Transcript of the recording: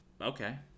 Okay